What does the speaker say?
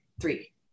three